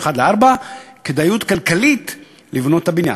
3:1, 4:1, כדאיות כלכלית לבנות את הבניין.